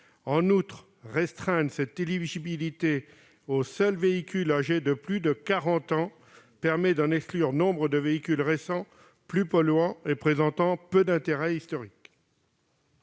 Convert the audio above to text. En outre, restreindre cette éligibilité aux seuls véhicules âgés de plus de quarante ans permet d'en exclure nombre de véhicules récents, plus polluants et présentant peu d'intérêt historique.